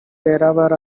wherever